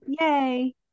yay